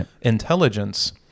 intelligence